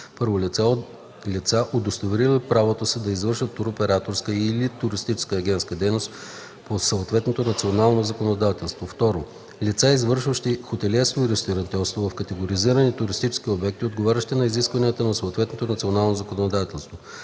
1. лица, удостоверили правото си да извършват туроператорска и/или туристическа агентска дейност по съответното национално законодателство; 2. лица, извършващи хотелиерство и ресторантьорство в категоризирани туристически обекти, отговарящи на изискванията на съответното национално законодателство;